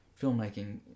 Filmmaking